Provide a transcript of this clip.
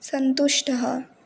सन्तुष्टः